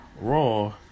Raw